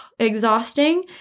exhausting